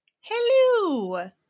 Hello